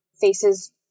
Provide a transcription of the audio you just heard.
faces